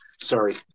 sorry